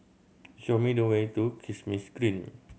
show me the way to Kismis Green